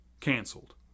canceled